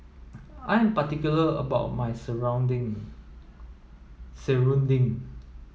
I am particular about my Serunding